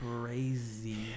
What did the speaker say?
crazy